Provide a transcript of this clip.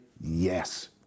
yes